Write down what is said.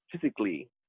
physically